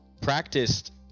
practiced